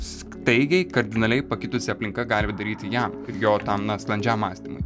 staigiai kardinaliai pakitusi aplinka gali daryti jam jo tam na sklandžiam mąstymui